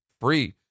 free